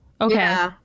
okay